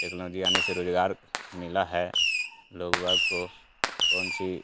technology आने से रोज़गार मिला है लोग वाग को कौन सी